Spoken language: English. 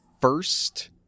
first